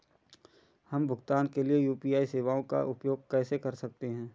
हम भुगतान के लिए यू.पी.आई सेवाओं का उपयोग कैसे कर सकते हैं?